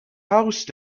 house